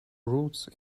roots